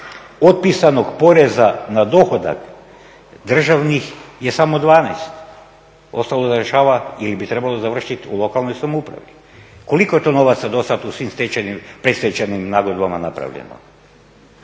otpisanog poreza na dohodak državnih je samo 12. ostalo da rješava ili bi trebalo završiti u lokalnoj samoupravi. Koliko je to novaca do sad u svim predstečajnim nagodbama napravljeno?